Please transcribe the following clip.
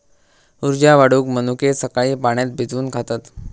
उर्जा वाढवूक मनुके सकाळी पाण्यात भिजवून खातत